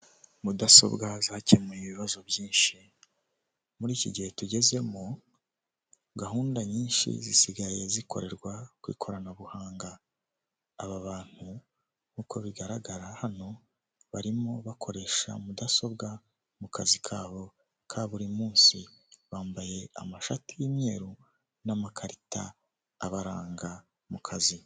Mudasobwa zakemuye ibibazo byinshi, muri iki gihe tugezemo gahunda nyinshi zisigaye zikorerwa ku ikoranabuhanga, aba bantu nk'uko bigaragara hano barimo bakoresha mudasobwa mu kazi kabo ka buri munsi, bambaye amashati y'umweru n'amakarita abaranga mu kazi.